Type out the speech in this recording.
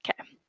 Okay